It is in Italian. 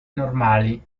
normali